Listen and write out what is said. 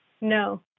No